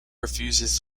refuses